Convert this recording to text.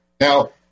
Now